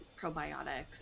probiotics